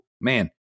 man